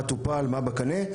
מה טופל ומה בקנה,